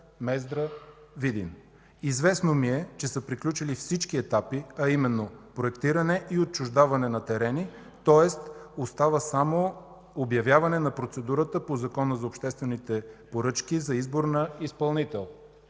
Мездра – Видин? Известно ми е, че са приключили всички етапи, а именно проектиране и отчуждаване на терени, тоест остава само обявяване на процедурата по Закона за обществените поръчки за избор на изпълнител.